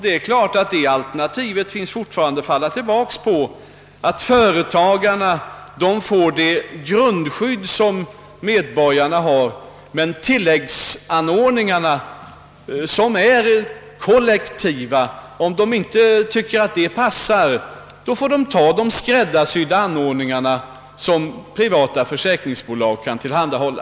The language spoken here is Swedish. Det är klart att man kan falla tillbaka på alternativet att företagarna skall ha det grundskydd, alla medborgare får och att de inte behöver ha de kollektiva tilläggen, om dessa inte anses passa, utan i stället kan välja de skräddarsydda anordningar som privata försäkringsbolag kan tillhandahålla.